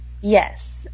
Yes